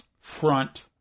front